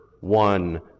one